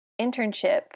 internship